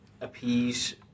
appease